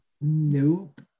nope